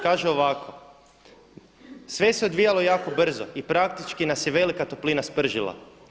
Kaže ovako, sve se odvijalo jako brzo i praktički nas je velika toplina spržila.